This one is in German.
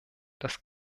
das